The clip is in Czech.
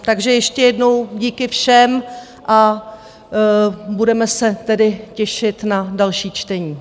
Takže ještě jednou díky všem a budeme se tedy těšit na další čtení.